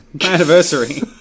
anniversary